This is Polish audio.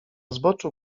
zboczu